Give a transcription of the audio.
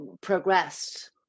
progressed